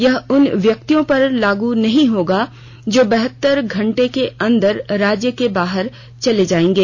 यह उन व्यक्तियों पर लागू नहीं होगा जो बहतर घंटे के अंदर राज्य के बाहर चले चाएंगे